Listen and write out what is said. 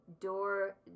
door